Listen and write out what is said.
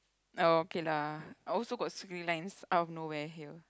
oh okay lah I also got squiggly lines out of nowhere here